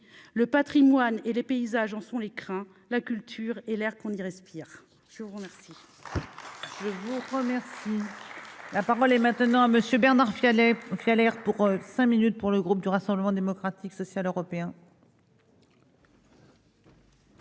le Patrimoine et les paysages en sont les craint la culture et l'air qu'on y respire